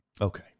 Okay